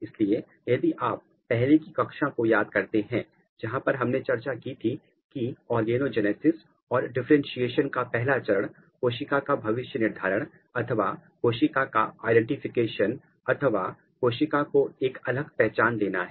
इसलिए यदि आप पहले की कक्षा को याद करते हैं जहां पर हमने चर्चा की थी की ऑर्गेनोजेनेसिस और डिफरेंटशिएशन का पहला चरण कोशिका का भविष्य निर्धारण अथवा कोशिका का आईडेंटिफिकेशन अथवा कोशिका को एक अलग पहचान देना है